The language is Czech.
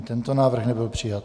Ani tento návrh nebyl přijat.